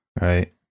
Right